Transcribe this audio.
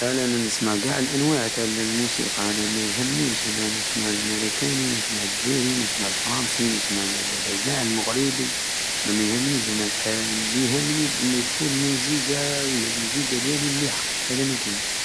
أنا نسمع قع الأنواع تع الموسيقى ميهمنيش أنا نسمع المريكاني، نسمع الدزيري، نسمع الفرانسي، نسمع قع لللل- قع المغريبي أنا ميهمنيش أنا ال- الي يهمني أنو تكون موزيقى- ولا الموزيقى ديالي مليحة هدا ماكان